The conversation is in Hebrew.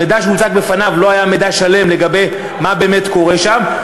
המידע שהוצג בפניו לא היה מידע שלם לגבי מה באמת קורה שם.